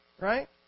right